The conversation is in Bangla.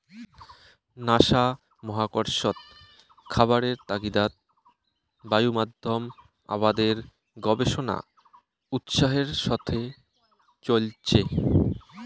নাসা মহাকর্ষত খাবারের তাগিদাত বায়ুমাধ্যম আবাদের গবেষণা উৎসাহের সথে চইলচে